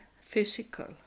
physical